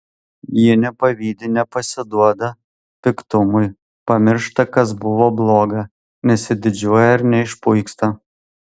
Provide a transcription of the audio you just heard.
ji nepavydi nepasiduoda piktumui pamiršta kas buvo bloga nesididžiuoja ir neišpuiksta